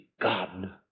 God